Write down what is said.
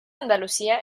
andalucía